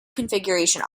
configuration